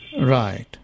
Right